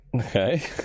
okay